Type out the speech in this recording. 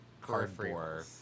cardboard